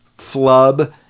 flub